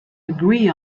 agree